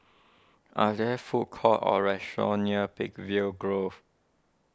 are there food courts or restaurants near Peakville Grove